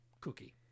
cookie